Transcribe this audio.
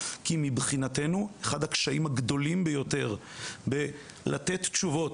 כי מבחינתנו אחד הקשיים הגדולים ביותר בלתת תשובות.